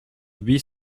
bis